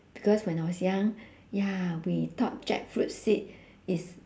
because when I was young ya we thought jackfruit seed is